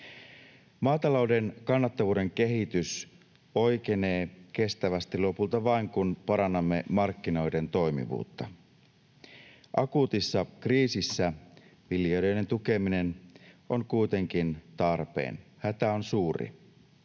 Maatalouden kannattavuuden kehitys oikenee kestävästi lopulta vain, kun parannamme markkinoiden toimivuutta. Akuutissa kriisissä viljelijöiden tukeminen on kuitenkin tarpeen, hätä on suuri.